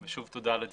ושוב תודה על הדיון.